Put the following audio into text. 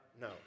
No